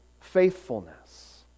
faithfulness